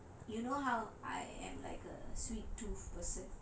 err you know how I am like a sweet tooth person